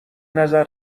نظر